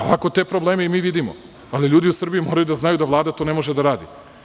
Ovako te probleme i mi vidimo, ali ljudi u Srbiji moraju da znaju da Vlada to ne može da radi.